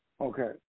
Okay